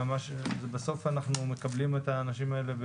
ובסוף אנחנו מקבלים את האנשים האלה,